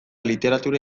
literatura